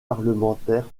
parlementaire